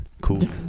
cool